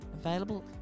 Available